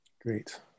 Great